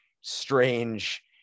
strange